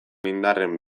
indarren